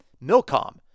Milcom